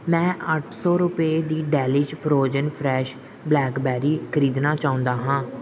ਮੈਂ ਅੱਠ ਸੌ ਰੁਪਏ ਦੀ ਡੈਲਿਸ਼ ਫਰੋਜ਼ਨ ਫਰੈਸ਼ ਬਲੈਕਬੇਰੀ ਖਰੀਦਣਾ ਚਾਹੁੰਦਾ ਹਾਂ